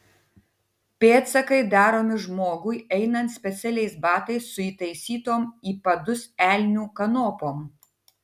pėdsakai daromi žmogui einant specialiais batais su įtaisytom į padus elnių kanopom